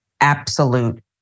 absolute